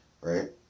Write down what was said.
right